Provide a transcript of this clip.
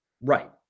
Right